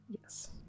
Yes